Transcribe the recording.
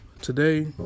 Today